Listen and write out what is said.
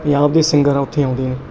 ਪੰਜਾਬ ਦੇ ਸਿੰਗਰ ਆ ਉੱਥੇ ਆਉਂਦੇ ਨੇ